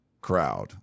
crowd